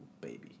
baby